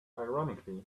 ironically